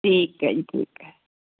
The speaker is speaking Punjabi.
ਠੀਕ ਹੈ ਜੀ ਠੀਕ ਹੈ